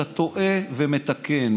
אתה טועה ומתקן,